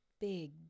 big